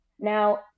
Now